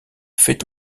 fait